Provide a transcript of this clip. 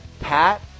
Pat